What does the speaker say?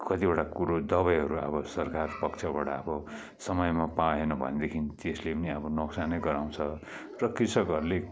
कतिवटा कुरो दबाईहरू अब सरकार पक्षबाट अब समयमा पाएन भनेदेखि त्यसले पनि अब नोक्सानै गराउँछ तर कृषकहरूले